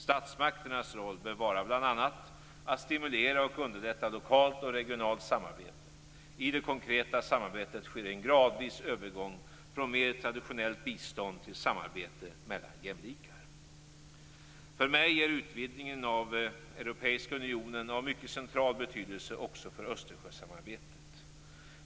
Statsmakternas roll bör bl.a. vara att stimulera och underlätta lokalt och regionalt samarbete. I det konkreta samarbetet sker en gradvis övergång från mer traditionellt bistånd till samarbete mellan jämlikar. För mig är utvidgningen av Europeiska unionen av mycket central betydelse också för Östersjösamarbetet.